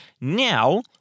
now